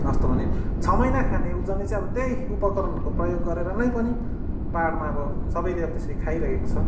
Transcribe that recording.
कस्तो भने छ महिना खाने उब्जनी चाहिँ अब त्यही उपकरणहरूको प्रयोग गरेर नै पनि पाहाडमा अब सबैले त्यसरी खाइरहेको छ